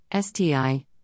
STI